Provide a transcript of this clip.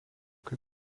kai